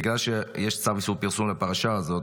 בגלל שיש צו איסור פרסום לפרשה הזאת